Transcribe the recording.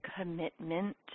commitment